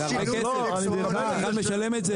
כשבן אדם בא לקנות הוא צריך לדעת כמה זה עולה.